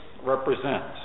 represents